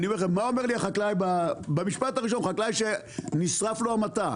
ומה אומר לי החקלאי שנשרף לו המטע?